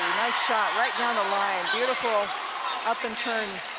nice shot right down the line, beautiful up and turned.